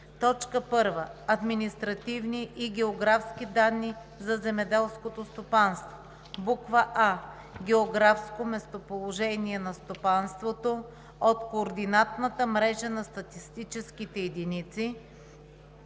г. 1. Административни и географски данни за земеделското стопанство: а) географско местоположение на стопанството от координатната мрежа на статистическите единици